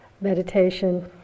meditation